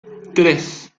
tres